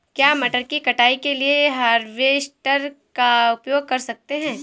क्या मटर की कटाई के लिए हार्वेस्टर का उपयोग कर सकते हैं?